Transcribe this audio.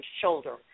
shoulder